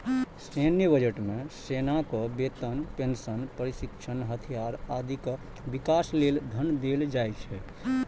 सैन्य बजट मे सेनाक वेतन, पेंशन, प्रशिक्षण, हथियार, आदिक विकास लेल धन देल जाइ छै